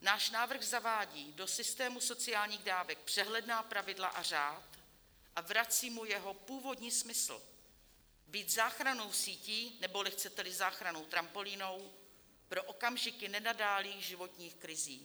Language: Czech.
Náš návrh zavádí do systému sociálních dávek přehledná pravidla a řád a vrací mu jeho původní smysl být záchrannou sítí, nebo chceteli záchrannou trampolínou pro okamžiky nenadálých životních krizí.